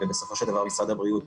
בסופו של דבר משרד הבריאות